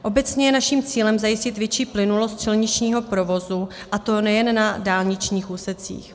Obecně je naším cílem zajistit větší plynulost silničního provozu, a to nejen na dálničních úsecích.